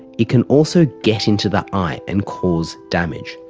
it can also get into the eye and cause damage.